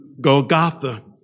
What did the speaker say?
Golgotha